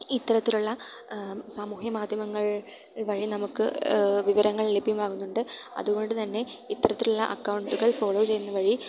ഇത്തരത്തിലുള്ള സാമൂഹ്യ മാധ്യമങ്ങൾ വഴി നമുക്ക് വിവരങ്ങൾ ലഭ്യമാകുന്നുണ്ട് അതുകൊണ്ടുതന്നെ ഇത്തരത്തിലുള്ള അക്കൗണ്ടുകൾ ഫോളോ ചെയ്യുന്ന വഴി